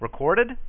recorded